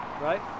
right